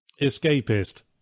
escapist